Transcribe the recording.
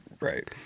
Right